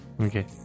Okay